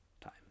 time